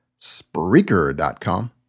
Spreaker.com